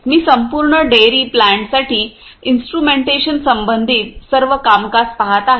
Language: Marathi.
मी संपूर्ण डेअरी प्लांट्ससाठी इन्स्ट्रुमेंटेशन संबंधित सर्व कामकाज पहात आहे